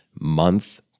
month